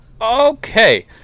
Okay